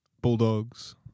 Bulldogs